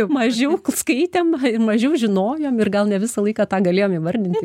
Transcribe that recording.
mažiau skaitėm ir mažiau žinojom ir gal ne visą laiką tą galėjo įvardinti